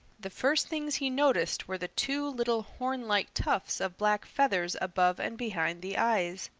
the first things he noticed were the two little horn-like tufts of black feathers above and behind the eyes.